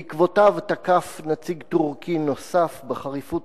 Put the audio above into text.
בעקבותיו תקף נציג טורקי נוסף בחריפות